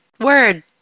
word